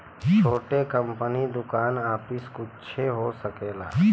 छोट कंपनी दुकान आफिस कुच्छो हो सकेला